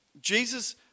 Jesus